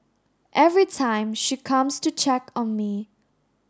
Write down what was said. every time she comes to check on me